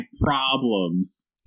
problems